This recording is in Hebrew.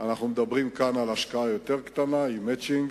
אנחנו מדברים כאן על השקעה יותר קטנה עם "מצ'ינג":